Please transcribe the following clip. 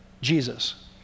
Jesus